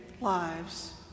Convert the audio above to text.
lives